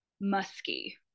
musky